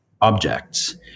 objects